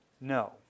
No